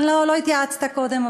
לא התייעצת קודם,